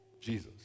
jesus